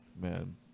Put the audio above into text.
man